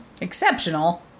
Exceptional